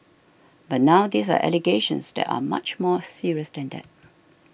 but now these are allegations that are much more serious than that